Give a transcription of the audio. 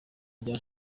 rya